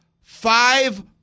five